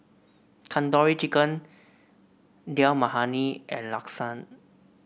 Tandoori Chicken Dal Makhani and Lasagne